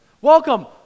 Welcome